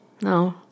No